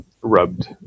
rubbed